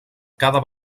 cada